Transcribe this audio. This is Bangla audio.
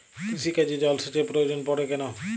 কৃষিকাজে জলসেচের প্রয়োজন পড়ে কেন?